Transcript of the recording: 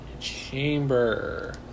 chamber